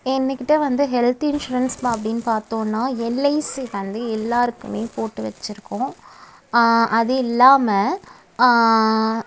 என்கிட்ட வந்து health insurance அப்படின்னு பார்த்தோன்னா எல்ஐசி வந்து எல்லாருக்குமே போட்டு வச்சிருக்கோம் அது இல்லாமல்